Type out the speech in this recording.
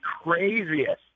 craziest